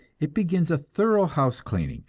it begins a thorough house-cleaning,